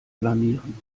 blamieren